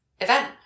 event